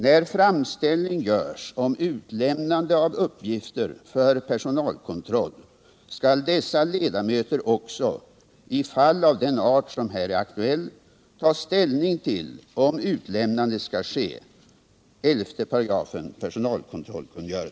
När framställning görs om utlämnande av uppgifter för personalkontroll, skall dessa ledamöter också i fall av den art som här är aktuell ta ställning till om utlämnande skall ske .